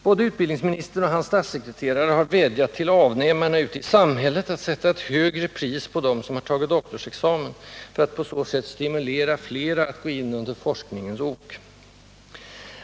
Både utbildningsministern och hans statssekreterare har vädjat till avnämarna ute i samhället att sätta ett högre pris på dem som tagit doktorsexamen, för att på så sätt stimulera flera att gå in under forskningens ok.